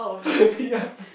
yeah